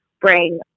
bring